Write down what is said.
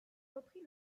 repris